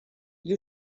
gli